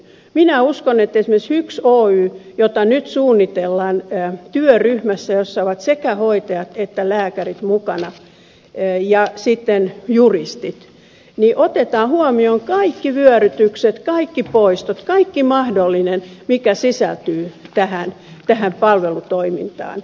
minä uskon että esimerkiksi hyks oyssä jota nyt suunnitellaan työryhmässä jossa ovat sekä hoitajat että lääkärit mukana ja juristit otetaan huomioon kaikki vyörytykset kaikki poistot kaikki mahdollinen mikä sisältyy tähän palvelutoimintaan